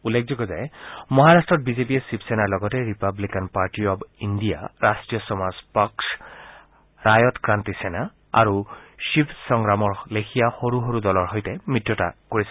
উল্লেখযোগ্য যে মহাৰাট্টত বিজেপিয়ে শিৱসেনাৰ লগতে Republican Party of India Rashtriya Samaj Paksha Rayat Kranti Sena আৰু শিৱ সংগ্ৰামৰ লেখিয়া সৰু সৰু দলৰ সৈতে মিত্ৰতা আছে